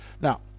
Now